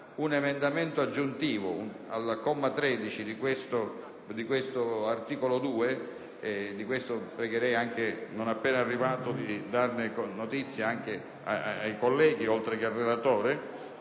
un emendamento aggiuntivo al comma 13 dell'articolo 2 - di questo pregherei, non appena arrivato, di darne notizia anche ai colleghi, oltre che al relatore